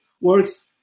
works